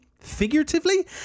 figuratively